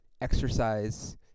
exercise